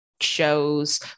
shows